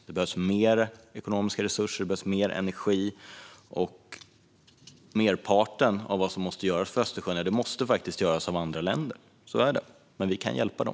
Det behövs mer ekonomiska resurser och mer energi, och merparten av det som behöver göras för Östersjön måste faktiskt göras av andra länder. Så är det, men vi kan hjälpa dem.